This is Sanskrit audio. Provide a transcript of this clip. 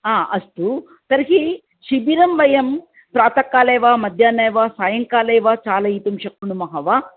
हा अस्तु तर्हि शिबिरं वयं प्रातःकाले वा मध्याह्ने वा सायङ्काले वा चालयितुं शक्नुमः वा